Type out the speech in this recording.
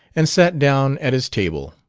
and sat down at his table.